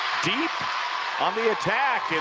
deep on the attack, and